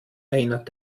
erinnert